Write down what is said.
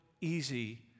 easy